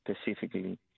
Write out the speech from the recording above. specifically